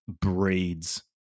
breeds